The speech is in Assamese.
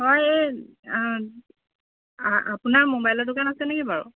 হয় এই আপোনাৰ মোবাইলৰ দোকান আছে নেকি বাৰু